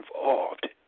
involved